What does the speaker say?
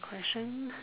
question